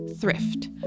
thrift